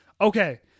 okay